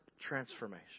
transformation